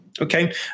Okay